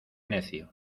necio